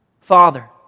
Father